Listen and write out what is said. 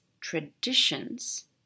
traditions